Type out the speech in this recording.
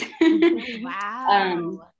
Wow